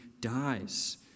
dies